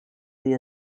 the